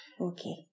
Okay